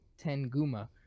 Tenguma